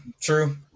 true